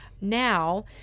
now